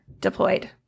deployed